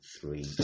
three